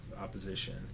opposition